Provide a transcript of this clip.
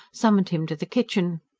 summoned him to the kitchen.